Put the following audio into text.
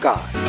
God